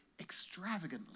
extravagantly